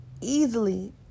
easily